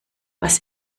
was